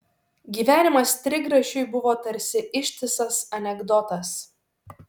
gyvenimas trigrašiui buvo tarsi ištisas anekdotas